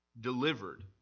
delivered